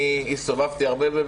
הסתובבתי שם הרבה,